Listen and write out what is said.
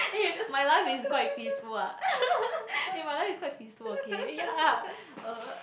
eh my life is quite peaceful ah my life is quite peaceful okay ya